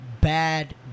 bad